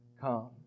come